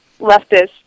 leftist